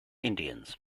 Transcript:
indians